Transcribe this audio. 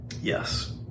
Yes